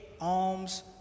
alms